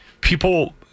people